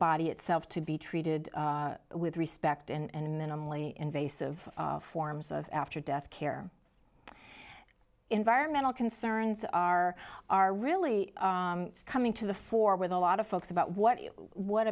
body itself to be treated with respect and minimally invasive forms of after death care environmental concerns are are really coming to the fore with a lot of folks about what what